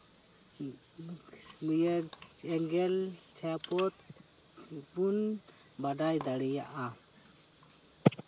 ᱮᱸᱜ ᱤᱭᱟᱹ ᱮᱸᱜᱮᱞ ᱪᱷᱟᱭᱟᱯᱚᱛ ᱵᱚᱱ ᱵᱟᱰᱟᱭ ᱫᱟᱲᱮᱭᱟᱜᱼᱟ